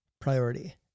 priority